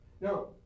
Now